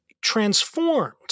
transformed